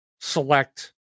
select